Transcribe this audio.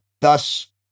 thus